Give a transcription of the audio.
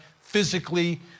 physically